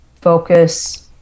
focus